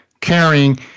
caring